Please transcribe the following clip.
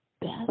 best